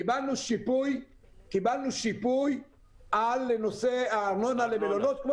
קיבלנו שיפוי על נושא הארנונה למלונות כמו